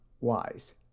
wise